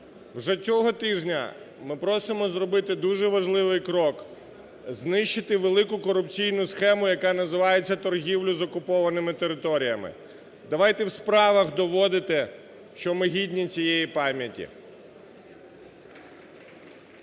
Вже цього тижня ми просимо зробити дуже важливий крок: знищити велику корупційну схему, яка називається "торгівля з окупованими територіями". Давайте у справах доводити, що ми гідні цієї пам'яті.